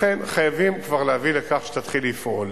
לכן חייבים כבר להביא לכך שתתחיל לפעול.